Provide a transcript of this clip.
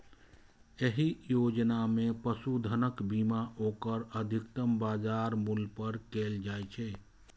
एहि योजना मे पशुधनक बीमा ओकर अधिकतम बाजार मूल्य पर कैल जाइ छै